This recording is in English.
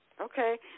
Okay